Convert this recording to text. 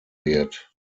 wird